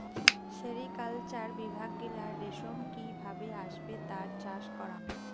sericulture বিভাগ গিলা রেশম কি ভাবে আসবে তার চাষ করাং